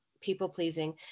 people-pleasing